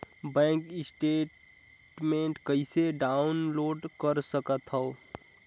Bank statement कइसे download कर सकथव?